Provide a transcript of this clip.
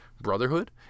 brotherhood